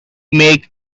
make